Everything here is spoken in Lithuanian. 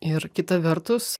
ir kita vertus